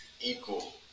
equal